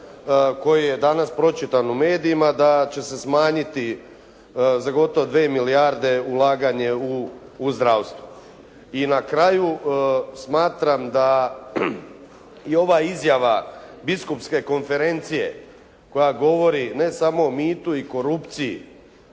koji je danas pročitan u medijima da će se smanjiti za gotovo dvije milijarde ulaganje u zdravstvo. I na kraju smatram da i ova izjava Biskupske konferencije koja govori ne samo o mitu i korupciji